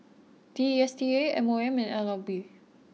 D S T A M O M and N L B